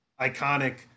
iconic